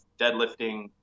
deadlifting